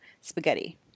spaghetti